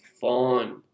fun